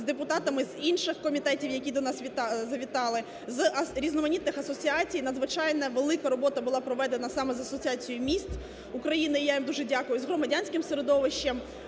з депутатами з інших комітетів, які до нас завітали, з різноманітних асоціацій. Надзвичайно велика робота була проведена саме з асоціацією міст України, я їм дуже дякую. З громадянським середовищем,